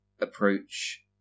approach